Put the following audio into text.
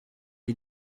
est